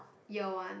year one